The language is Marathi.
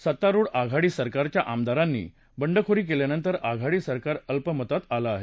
सत्तारुढ आघाडी सरकारच्या आमदारांनी बंडखोरी केल्यानंतर आघाडी सरकार अल्पमतात आलं आहे